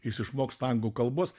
jis išmoksta anglų kalbos